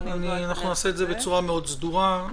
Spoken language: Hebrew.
נעשה את זה בצורה מאוד סדורה.